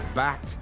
Back